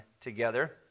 together